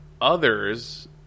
others